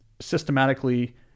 systematically